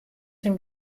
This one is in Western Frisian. syn